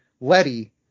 Letty